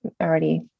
already